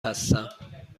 هستم